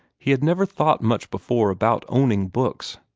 he had never thought much before about owning books.